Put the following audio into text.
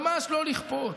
ממש לא לכפות.